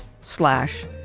slash